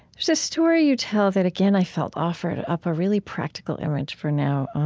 there's a story you tell that, again, i felt offered up a really practical image for now.